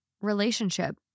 relationship